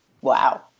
wow